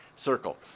Circle